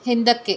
ಹಿಂದಕ್ಕೆ